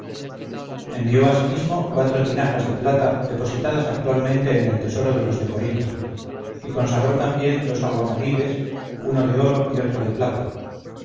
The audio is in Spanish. envió asimismo cuatro tinajas de plata depositadas actualmente en el tesoro de los de corinto y consagró también dos aguamaniles uno de oro y otro de plata